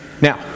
Now